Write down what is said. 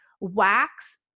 wax